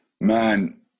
Man